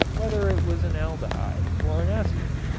whether it was an aldehyde or an ester,